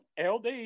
LD